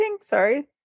Sorry